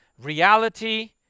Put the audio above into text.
Reality